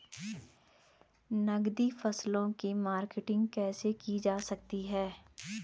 नकदी फसलों की मार्केटिंग कैसे की जा सकती है?